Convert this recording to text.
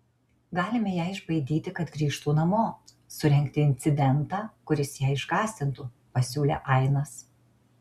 galime ją išbaidyti kad grįžtų namo surengti incidentą kuris ją išgąsdintų pasiūlė ainas